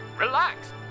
relax